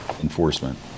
Enforcement